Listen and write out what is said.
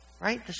right